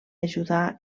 ajudar